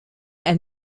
ein